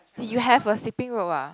you have a skipping rope ah